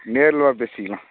நேரில் வா பேசிக்கலாம்